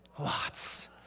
Lots